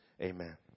Amen